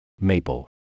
Maple